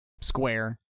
square